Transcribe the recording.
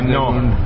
no